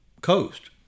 coast